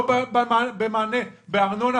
לא במענה בארנונה,